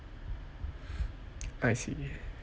I see